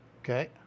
Okay